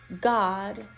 God